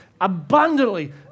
abundantly